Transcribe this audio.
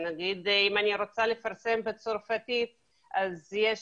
נגיד אם אני רוצה לפרסם בצרפתית אז יש